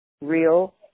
real